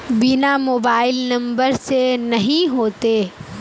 बिना mobile number से नहीं होते?